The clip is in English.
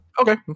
Okay